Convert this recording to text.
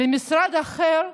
למשרד אחר,